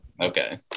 Okay